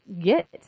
get